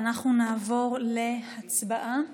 אנחנו נעבור להצבעה